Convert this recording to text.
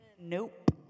Nope